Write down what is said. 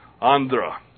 andra